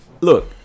Look